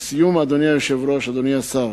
לסיום, אדוני היושב-ראש, אדוני השר,